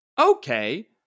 okay